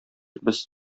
без